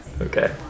Okay